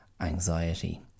anxiety